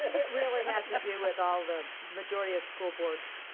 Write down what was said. it really has to do with all the majority of schools boards